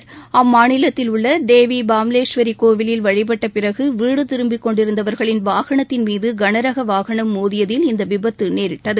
பாம்லேஷ்வரி அம்மாநிலத்தில் உள்ள தேவி கோவிலில் வழிபட்ட பிறகு வீடு திரும்பிக்கொண்டிருந்தவர்களின் வாகனத்தின் மீது கனரக வாகனம் மோதியதில் இந்த விபத்து நேரிட்டது